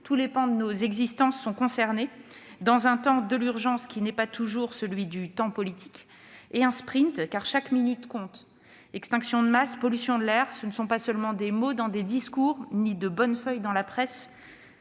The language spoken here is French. tous les pans de nos existences sont concernés, dans un temps, celui de l'urgence, qui n'est pas toujours le temps politique -et un sprint, car chaque minute compte : extinction de masse, pollution de l'air, ce ne sont pas là seulement des mots dans des discours ni de bonnes feuilles dans la presse